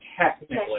technically